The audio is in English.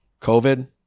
COVID